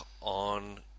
on